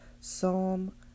Psalm